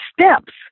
steps